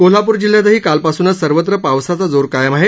कोल्हापर जिल्ह्यातही कालपासनच सर्वत्र पावसाचा जोर कायम आहे